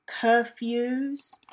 curfews